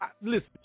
listen